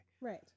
Right